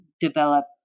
develop